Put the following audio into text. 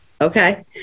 Okay